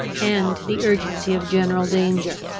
and the urgency of general danger.